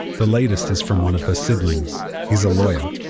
the latest is from one of her siblings he's a lawyer.